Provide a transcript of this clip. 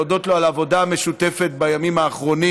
להודות לו על העבודה המשותפת בימים האחרונים.